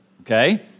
okay